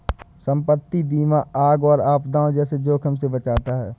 संपत्ति बीमा आग और आपदाओं जैसे जोखिमों से बचाता है